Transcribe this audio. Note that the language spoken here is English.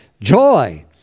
joy